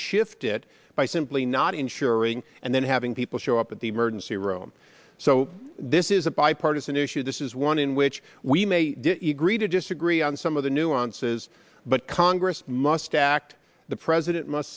shift it by simply not insuring and then having people show up at the emergency room so this is a bipartisan issue this is one in which we may agree to disagree on some of the nuances but congress must act the president must